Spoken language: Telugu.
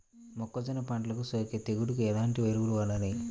మొక్కజొన్న పంటలకు సోకే తెగుళ్లకు ఎలాంటి ఎరువులు వాడాలి?